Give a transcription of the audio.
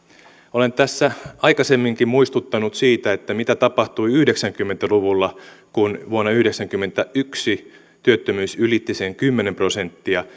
olen tässä aikaisemminkin muistuttanut siitä mitä tapahtui yhdeksänkymmentä luvulla kun vuonna yhdeksänkymmentäyksi työttömyys ylitti sen kymmenen prosenttia